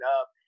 up